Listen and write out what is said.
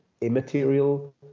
immaterial